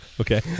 Okay